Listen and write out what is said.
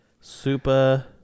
Super